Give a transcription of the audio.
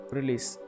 Release